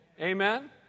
Amen